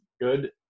good